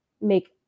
make